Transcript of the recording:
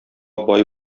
бай